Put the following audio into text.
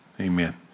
amen